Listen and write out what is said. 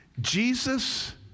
Jesus